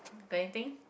got anything